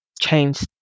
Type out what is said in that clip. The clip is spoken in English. changed